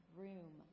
room